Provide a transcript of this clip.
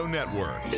Network